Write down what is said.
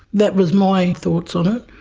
that was my thoughts on it.